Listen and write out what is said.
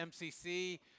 MCC